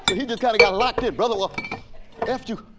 he just kinda got locked in. brother, well f you.